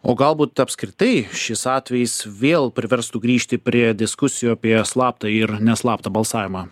o galbūt apskritai šis atvejis vėl priverstų grįžti prie diskusijų apie slaptą ir ne slaptą balsavimą